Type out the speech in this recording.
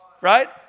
Right